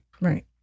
Right